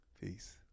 peace